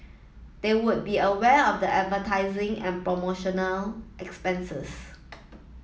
they would be aware of the advertising and promotional expenses